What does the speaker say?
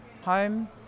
home